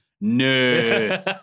no